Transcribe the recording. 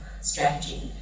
strategy